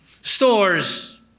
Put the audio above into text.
stores